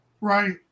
Right